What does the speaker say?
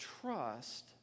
trust